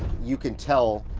you can tell,